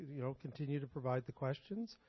you know, continue to provide the questions,